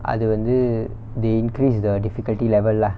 அதுவந்து:athuvanthu they increase the difficulty level lah